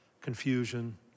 confusion